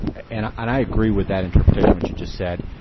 and i agree with that interpretation, what you just said.